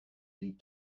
need